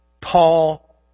Paul